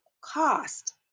cost